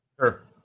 Sure